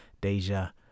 Deja